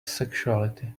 sexuality